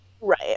Right